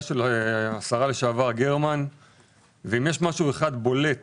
של השרה לשעבר גרמן ואם יש משהו אחד בולט